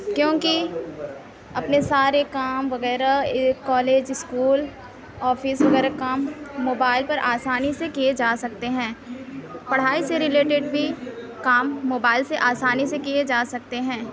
کیونکہ اپنے سارے کام وغیرہ ایک کالج اِسکول آفس وغیرہ کام موبائل پر آسانی سے کیے جا سکتے ہیں پڑھائی سے رلیٹیڈ بھی کام موبائل سے آسانی سے کیے جا سکتے ہیں